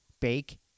bake